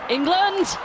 England